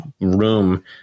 room